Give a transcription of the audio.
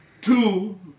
Two